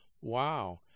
wow